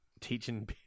Teaching